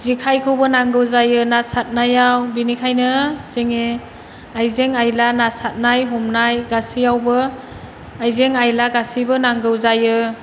जेखायखौबो नांगौ जायो ना सारनायाव बेनिखायनो जोङो आयजें आइला ना सारनाय हमनाय गासैयावबो आयजें आइला गासैबो नांगौ जायो